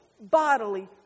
bodily